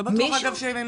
לא בטוח, אגב, שהן אמהות.